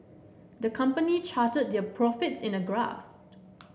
the company charted their profits in a graph